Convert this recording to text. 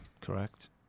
correct